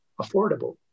affordable